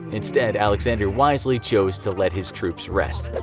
instead, alexander wisely chose to let his troops rest.